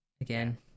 Again